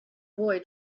boy